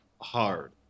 hard